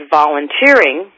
volunteering